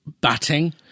batting